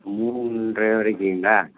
மூன்றரை வரைக்குங்களா